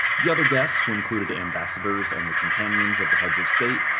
the other guests, who included ambassadors and the companions of the heads of state,